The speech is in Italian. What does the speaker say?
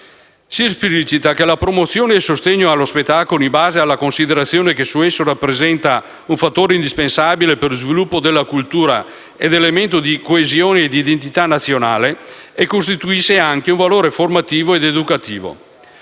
Si esplicita che la promozione e il sostegno allo spettacolo si basa sulla considerazione che esso rappresenta un fattore indispensabile per lo sviluppo della cultura ed elemento di coesione e di identità nazionale, e costituisce anche un valore formativo ed educativo.